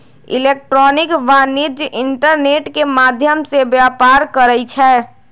electronic वाणिज्य internet के माध्यम से व्यापार करइ छै